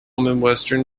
midwestern